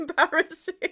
embarrassing